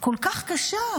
כל כך קשה,